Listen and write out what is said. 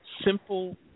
simple